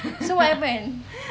so what happen